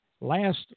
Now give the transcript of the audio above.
last